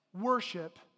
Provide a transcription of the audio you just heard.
worship